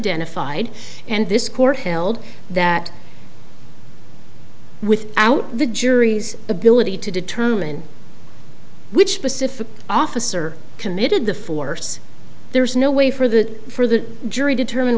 d and this court held that without the jury's ability to determine which specific officer committed the force there's no way for the for the jury determine